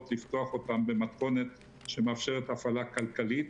לפתוח אותם במתכונת שמאפשרת הפעלה כלכלית